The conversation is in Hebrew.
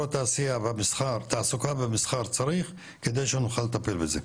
התעשייה תעסוקה ומסחר צריך כדי שנוכל לטפל בזה.